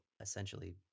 essentially